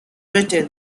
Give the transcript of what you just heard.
written